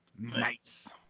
Nice